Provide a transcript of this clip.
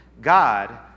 God